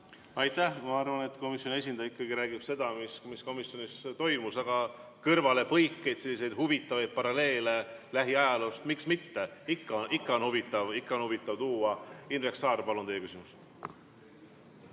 Aitäh! Ma arvan, et komisjoni esindaja ikkagi räägib seda, mis komisjonis toimus, aga kõrvalepõikeid, selliseid huvitavaid paralleele lähiajaloost, miks mitte, on ikka huvitav teha. Indrek Saar, palun teie küsimus!